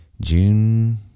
june